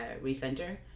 recenter